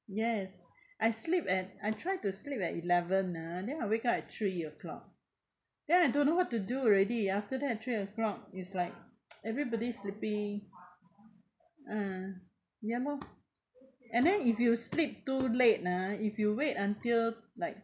yes I sleep at I tried to sleep at eleven ah then I wake up at three O clock then I don't know what to do already after that three O clock it's like everybody's sleeping uh ya lor and then if you sleep too late ah if you wait until like